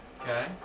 Okay